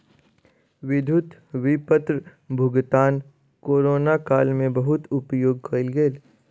विद्युत विपत्र भुगतान कोरोना काल में बहुत उपयोग कयल गेल